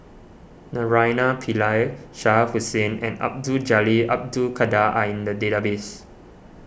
Naraina Pillai Shah Hussain and Abdul Jalil Abdul Kadir are in the database